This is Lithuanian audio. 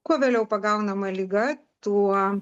kuo vėliau pagaunama liga tuo